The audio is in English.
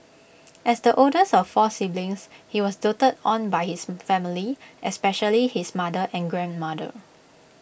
as the oldest of four siblings he was doted on by his family especially his mother and grandmother